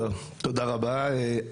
תודה רבה.